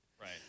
Right